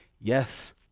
Yes